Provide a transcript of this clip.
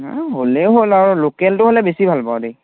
হ'লেও হ'ল আৰু লোকেলটো হ'লে বেছি ভাল পাওঁ দেই